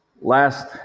last